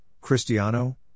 Cristiano